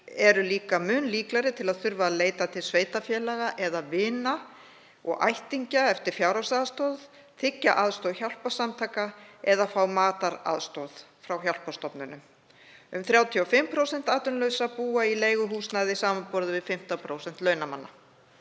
því líka mun líklegri til að þurfa að leita til sveitarfélaga eða vina og ættingja eftir fjárhagsaðstoð, þiggja aðstoð hjálparsamtaka eða fá mataraðstoð frá hjálparstofnunum. Um 35% atvinnulausra búa í leiguhúsnæði samanborið við 15% launamanna.